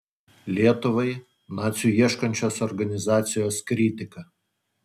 lietuvai nacių ieškančios organizacijos kritika